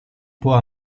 può